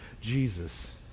Jesus